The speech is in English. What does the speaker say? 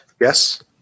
yes